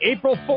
April